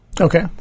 Okay